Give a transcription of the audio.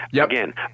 Again